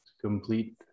complete